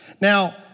Now